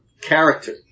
character